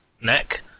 neck